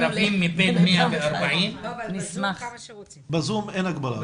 בזום אין הגבלה.